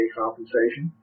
compensation